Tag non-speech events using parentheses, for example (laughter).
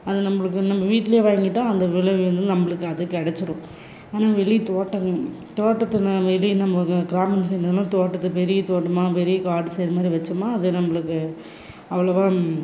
அது நம்மளுக்கு வந் நம்ம வீட்டிலையே வாங்கிட்டால் அந்த விலையை வந்து நம்மளுக்கு அது கெடைச்சிரும் ஆனால் வெளியே தோட்டம் தோட்டத்தில் வெளி நம்ம (unintelligible) தோட்டத்து பெரிய தோட்டமாக பெரிய காடு செடி மாதிரி வச்சோமா அது நம்மளுக்கு அவ்வளோவாக